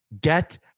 Get